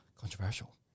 controversial